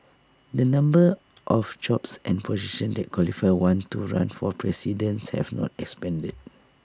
the numbers of jobs and positions that qualify one to run for presidents have not expanded